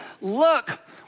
look